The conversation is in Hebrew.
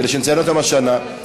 כדי שנציין אותן השנה,